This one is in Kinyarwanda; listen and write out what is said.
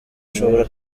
ushobora